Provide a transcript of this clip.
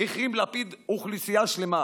החרים לפיד אוכלוסייה שלמה